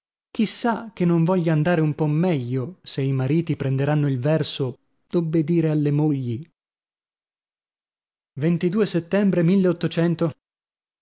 sa che non voglia andare un po meglio se i mariti prenderanno il verso d'obbedire alle mogli settembre